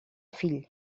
fill